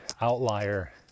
outlier